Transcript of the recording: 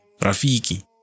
Rafiki